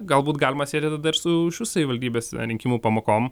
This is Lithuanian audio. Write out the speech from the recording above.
galbūt galima sieti tada ir su šių savivaldybės rinkimų pamokom